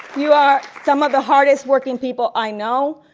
you are some of the hardest working people i know,